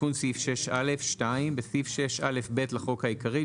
תיקון סעיף 6א2.בסעיף 6א(ב) לחוק העיקרי,